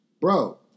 Bro